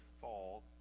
fall